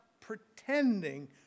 pretending